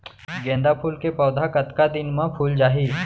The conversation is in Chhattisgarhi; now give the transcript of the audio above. गेंदा फूल के पौधा कतका दिन मा फुल जाही?